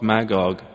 Magog